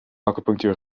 acupunctuur